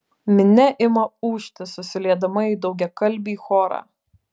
minia ima ūžti susiliedama į daugiakalbį chorą